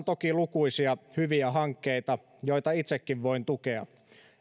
toki lukuisia hyviä hankkeita joita itsekin voin tukea